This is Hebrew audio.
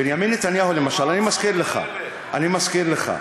בנימין נתניהו, למשל, אני מזכיר לך, אני מזכיר לך,